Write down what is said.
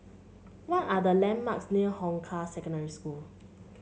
what are the landmarks near Hong Kah Secondary School